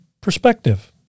perspective